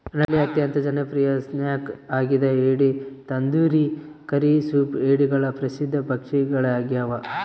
ನಳ್ಳಿ ಅತ್ಯಂತ ಜನಪ್ರಿಯ ಸ್ನ್ಯಾಕ್ ಆಗ್ಯದ ಏಡಿ ತಂದೂರಿ ಕರಿ ಸೂಪ್ ಏಡಿಗಳ ಪ್ರಸಿದ್ಧ ಭಕ್ಷ್ಯಗಳಾಗ್ಯವ